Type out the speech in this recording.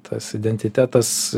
tas identitetas